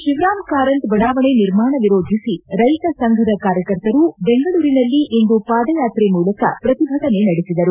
ಶಿವರಾಮಕಾರಂತ ಬಡಾವಣೆ ನಿರ್ಮಾಣ ವಿರೋಧಿಸಿ ರೈತ ಸಂಘದ ಕಾರ್ಯಕರ್ತರು ಬೆಂಗಳೂರಿನಲ್ಲಿಂದು ಪಾದಯಾತ್ರೆ ಮೂಲಕ ಪತಿಭಟನೆ ನಡೆಸಿದರು